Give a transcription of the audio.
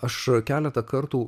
aš keletą kartų